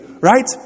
right